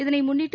இதனை முன்னிட்டு